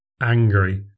angry